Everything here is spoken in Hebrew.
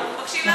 לוועדה.